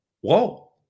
Whoa